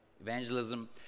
evangelism